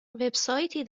وبسایتی